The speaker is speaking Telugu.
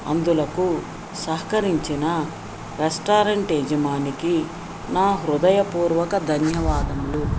అందులకు సహకరించిన రెస్టారెంట్ యజమానికి నా హృదయపూర్వక ధన్యవాదములు